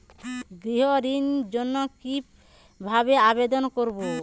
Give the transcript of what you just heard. গৃহ ঋণ জন্য কি ভাবে আবেদন করব?